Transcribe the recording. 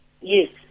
yes